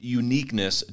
uniqueness